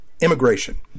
immigration